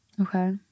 Okay